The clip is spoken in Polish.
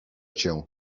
cię